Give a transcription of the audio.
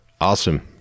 Awesome